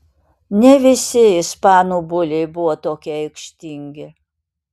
ne visi ispanų buliai buvo tokie aikštingi